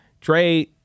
Trey